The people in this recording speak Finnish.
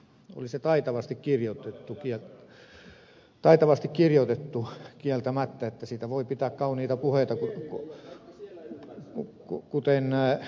oli se taitavasti kirjoitettu kieltämättä siitä voi pitää kauniita puheita kuten ed